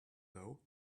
though